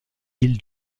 île